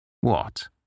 What